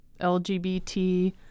LGBT